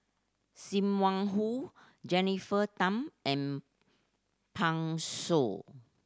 Sim Wong Hoo Jennifer Tham and Pan Shou